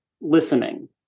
listening